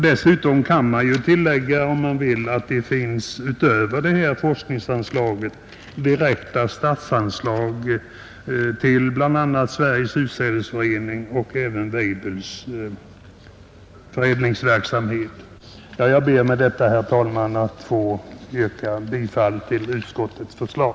Dessutom kan tilläggas att det utöver det här forskningsanslaget ges direkta statsanslag till bl.a. Sveriges utsädesförening och Weibulls förädlingsverksamhet. Jag ber med detta, herr talman, att få yrka bifall till utskottets förslag.